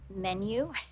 menu